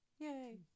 Yay